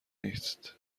نیست